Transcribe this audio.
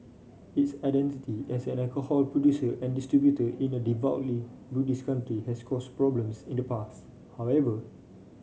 its identity as an alcohol producer and distributor in a devoutly Buddhist country has caused problems in the past however